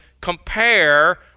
compare